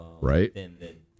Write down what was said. right